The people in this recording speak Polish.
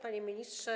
Panie Ministrze!